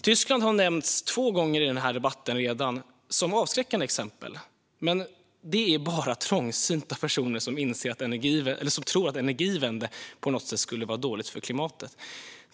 Tyskland har redan nämnts två gånger i denna debatt som avskräckande exempel. Men det är bara trångsynta personer som tror att Energiewende på något sätt skulle vara dåligt för klimatet.